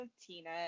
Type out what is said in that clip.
Tina